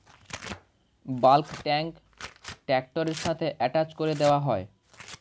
bulk tank ট্র্যাক্টরের সাথে attach করে দেওয়া হয়